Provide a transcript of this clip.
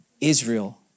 Israel